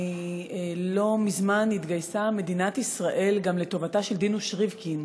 לא מזמן התגייסה מדינת ישראל גם לטובתה של דינוש ריבקין,